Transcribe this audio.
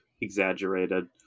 exaggerated